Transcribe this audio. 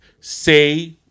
say